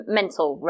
mental